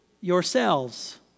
Yourselves